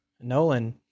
Nolan